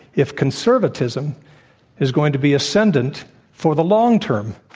if conservatism is going to be ascendant for the long term,